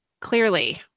clearly